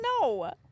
No